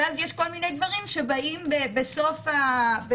ואז יש כל מיני דברים שבאים בסוף הדיון